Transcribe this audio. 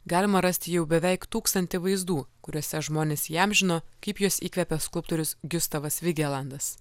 galima rasti jau beveik tūkstantį vaizdų kuriuose žmonės įamžino kaip juos įkvepia skulptorius giustavas vigelandas